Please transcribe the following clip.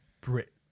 brit